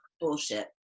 bullshit